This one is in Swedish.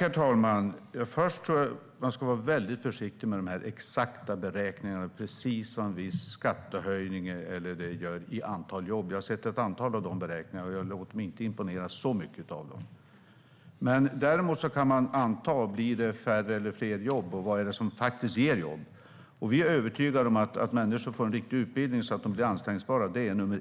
Herr talman! Man ska vara väldigt försiktig med de här exakta beräkningarna, precis vad en viss skattehöjning ger i fråga om antal jobb. Jag har sett ett antal av de beräkningarna, och jag låter mig inte imponeras så mycket av dem. Däremot kan man göra antaganden: Blir det färre eller fler jobb? Vad är det som faktiskt ger jobb? Vi är övertygade om att nummer ett är att människor får en riktig utbildning så att de blir anställbara. Det är